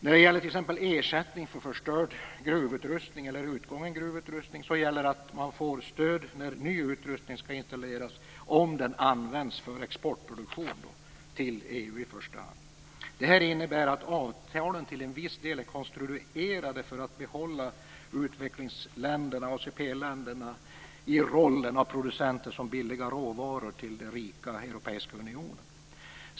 När det gäller t.ex. ersättning för förstörd gruvutrustning eller utgången gruvutrustning gäller att man får stöd när ny utrustning skall installeras om den används för exportproduktion till EU i första hand. Det här innebär att avtalen till en viss del är konstruerade för att behålla ACP-länderna i rollen som producenter av billiga råvaror till den rika europeiska unionen.